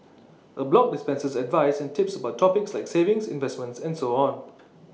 A blog dispenses advice and tips about topics like savings investments and so on